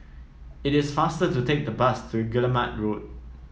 it is faster to take the bus to Guillemard Road